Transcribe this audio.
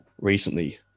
recently